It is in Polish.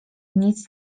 nic